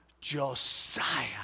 Josiah